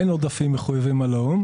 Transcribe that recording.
אין עודפים מחויבים על האו"ם.